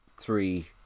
three